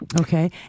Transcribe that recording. Okay